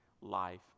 life